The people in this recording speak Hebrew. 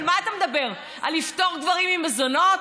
על מה אתה מדבר, על לפטור גברים ממזונות?